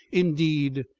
indeed.